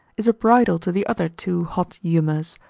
is a bridle to the other two hot humours,